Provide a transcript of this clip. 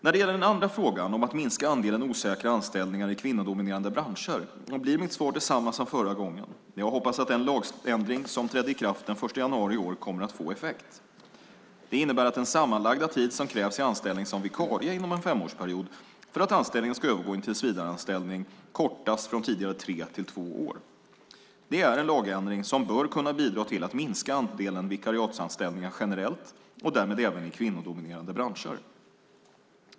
När det gäller den andra frågan om att minska andelen osäkra anställningar i kvinnodominerade branscher, blir mitt svar detsamma som förra gången: Jag hoppas att den lagändring som trädde i kraft den 1 januari i år kommer att få effekt. Den innebär att den sammanlagda tid som krävs i anställning som vikarie inom en femårsperiod för att anställningen ska övergå i en tillsvidareanställning kortas från tidigare tre till två år. Det är en lagändring som bör kunna bidra till att minska andelen vikariatsanställningar generellt och därmed även i kvinnodominerade branscher.